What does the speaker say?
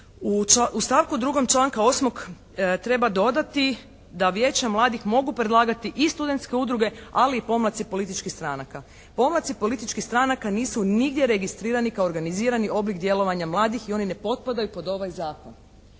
U stavku 2. članka 8. treba dodati da Vijeća mladih mogu predlagati i studentske udruge, ali i pomaci političkih stranaka. Pomaci političkih stranaka nisu nigdje registrirani kao organizirani oblik djelovanja mladih i oni ne potpadaju pod ovaj zakon.